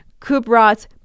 Kubrat